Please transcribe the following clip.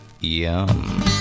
Yum